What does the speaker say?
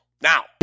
Now